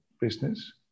business